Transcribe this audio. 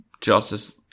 Justice